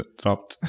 dropped